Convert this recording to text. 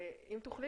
אם תוכלי